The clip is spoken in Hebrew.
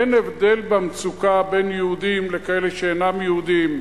אין הבדל במצוקה בין יהודים לכאלה שאינם יהודים,